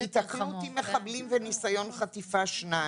'בהיתקלות עם מחבלים וניסיון חטיפה שניים,